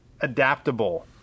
adaptable